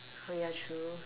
oh yeah true